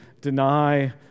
deny